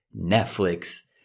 Netflix